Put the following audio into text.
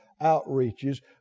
outreaches